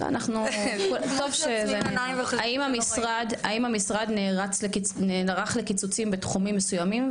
האם המשרד נערך לקיצוצים בתחומים מסוימים?